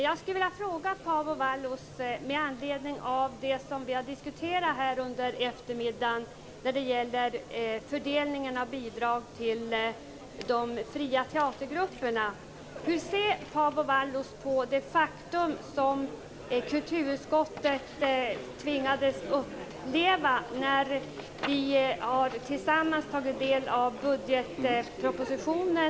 Jag skulle med anledning av fördelningen av bidrag till de fria teatergrupperna, som vi har diskuterat under eftermiddagen, vilja fråga hur Paavo Vallius ser på ett faktum som vi i kulturutskottet tvingades uppleva när vi tillsammans studerade budgetpropositionen.